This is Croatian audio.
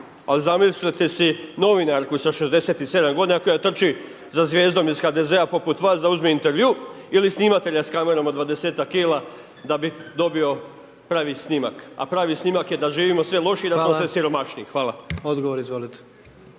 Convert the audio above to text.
ali zamislite si novinarku sa 67 godina koja trči za zvijezdom iz HDZ-a poput vas da uzme intervju ili snimatelja s kamerom od 20ak kila da bi dobio pravi snimak, a pravi snimak je da živimo sve lošije i da smo sve siromašniji. Hvala. **Jandroković,